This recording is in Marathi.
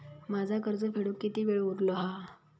माझा कर्ज फेडुक किती वेळ उरलो हा?